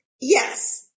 yes